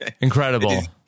Incredible